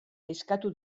eskatu